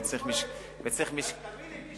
וצריך משקפיים,